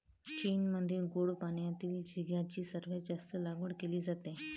चीनमध्ये गोड पाण्यातील झिगाची सर्वात जास्त लागवड केली जाते